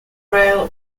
rail